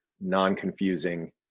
non-confusing